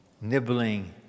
nibbling